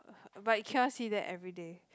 but you cannot see them everyday